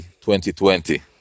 2020